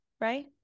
right